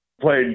played